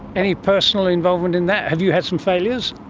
any personal involvement in that? have you had some failures?